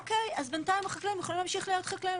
אז בינתיים החקלאיים יכולים להמשיך להיות חקלאיים,